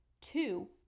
two